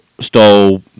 stole